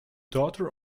daughter